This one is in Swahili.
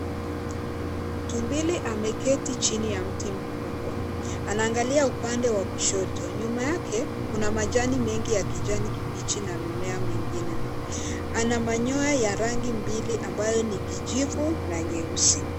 Tumbili ameketi chini ya mti mkubwa. Anaangalia upande wa kushoto. Nyuma yake kuna majani mengi ya kijani kibichi na mimea mingine. Ana manyoya ya rangi mbili ambayo ni kijivu na nyeusi.